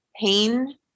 pain